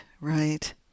right